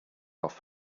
off